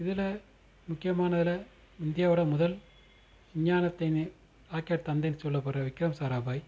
இதில் முக்கியமானதில் இந்தியாவோட முதல் விஞ்ஞானத்தையுமே ராக்கெட் தந்தைனு சொல்லப்படுற விக்ரம் சாராபாய்